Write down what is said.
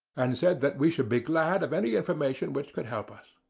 and said that we should be glad of any information which could help us.